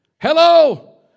Hello